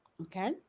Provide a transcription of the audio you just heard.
Okay